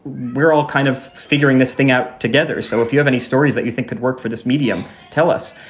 we're all kind of figuring this thing out together. so if you have any stories that you think could work for this medium, tell us.